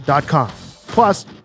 Plus